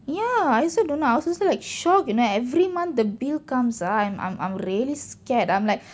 ya I also don't know I was also like shocked you know every month the bill comes ah I'm I'm I'm really scared I'm like